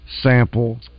sample